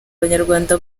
abanyarwanda